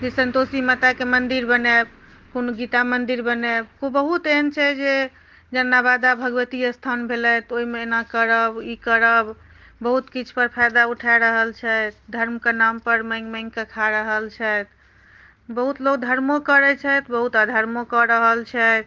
जे सन्तोषी माताके मन्दिर बनाएब कोनो गीता मन्दिर बनाएब बहुत एहन छथि जे जेना नवादा भगवती स्थान भेलथि ओहिमे एना करब ई करब बहुत किछु पर फाइदा उठा रहल छथि धर्मके नामपर माँगि माँगिके खा रहल छथि बहुत लोक धर्मो करै छथि बहुत अधर्मो कऽ रहल छथि